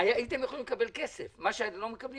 הייתם יכולים לקבל כסף, מה שאתם לא מקבלים